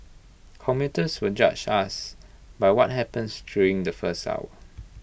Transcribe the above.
commuters will judge us by what happens during the first hour